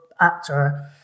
actor